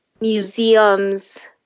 museums